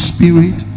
Spirit